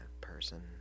person